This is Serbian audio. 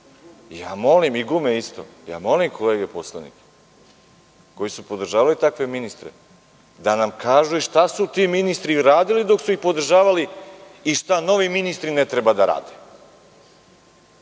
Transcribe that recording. zaštita životne sredine, molim kolege poslanike koji su podržavali takve ministre da nam kažu i šta su ti ministri radili dok su ih podržavali i šta novi ministri ne treba da